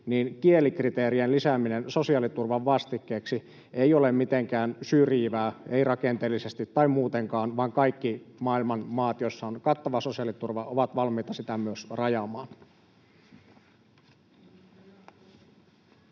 väitti, kielikriteerien lisääminen sosiaaliturvan vastikkeeksi ei ole mitenkään syrjivää, ei rakenteellisesti tai muutenkaan, vaan kaikki maailman maat, joissa on kattava sosiaaliturva, ovat valmiita sitä myös rajaamaan.